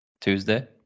Tuesday